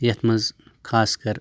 یَتھ منٛز خاص کر